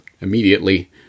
immediately